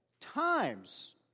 times